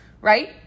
Right